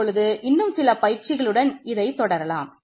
இப்பொழுது இன்னும் சில பயிற்சிகளுடன் இதைத் தொடரலாம்